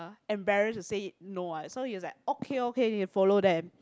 uh embarrass to say no ah so he's like okay okay need to follow them